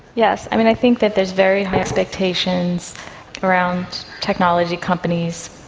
yes, i think that there is very high expectations around technology companies,